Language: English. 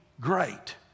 great